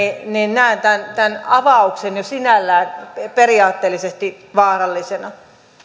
näen tämän avauksen jo sinällään periaatteellisesti vaarallisena